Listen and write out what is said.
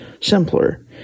simpler